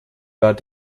war